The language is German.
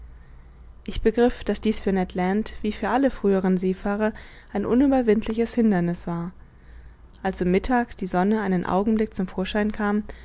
ich begriff daß dies für ned land wie für alle früheren seefahrer ein unüberwindliches hinderniß war als um mittag die sonne einen augenblick zum vorschein kam